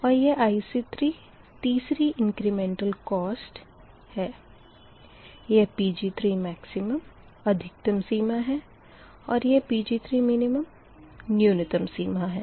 और यह IC3 तीसरी इंक्रिमेटल कोस्ट यह Pg3max अधिकतम सीमा और यह Pg3min न्यूनतम सीमा है